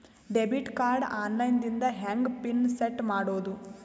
Debit card online ದಿಂದ ಹೆಂಗ್ pin set ಮಾಡೋದು?